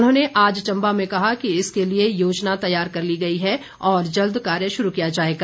उन्होंने आज चंबा में कहा कि इसके लिए योजना तैयार कर ली गई है और जल्द कार्य शुरू किया जाएगा